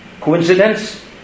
coincidence